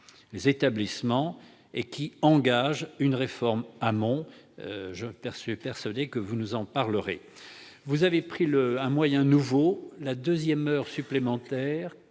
les établissements et qui engage une réforme en amont. Je suis persuadé que vous nous en parlerez. Vous avez opté pour un moyen nouveau : la deuxième heure supplémentaire